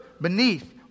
beneath